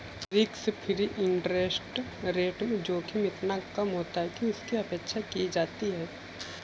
risk free interest rate में जोखिम इतना कम होता है कि उसकी उपेक्षा की जाती है